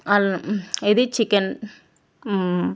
అలా ఇది చికెన్